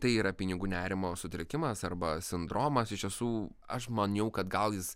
tai yra pinigų nerimo sutrikimas arba sindromas iš tiesų aš maniau kad gal jis